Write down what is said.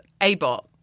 A-bot